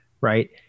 right